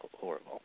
horrible